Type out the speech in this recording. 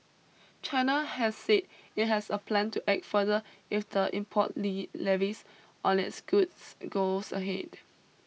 China has said it has a plan to act further if the import Lee levies on its goods goes ahead